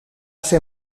ser